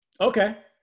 Okay